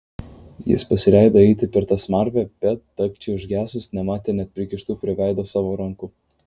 jis pasileido eiti per tą smarvę bet dagčiai užgesus nematė net prikištų prie veido savo rankų